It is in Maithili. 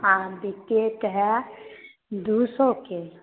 आ विकेट हए दू सएके